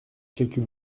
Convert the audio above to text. quelques